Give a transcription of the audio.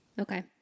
Okay